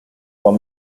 con